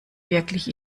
wirklich